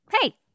Hey